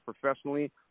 professionally